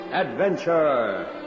Adventure